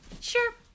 Sure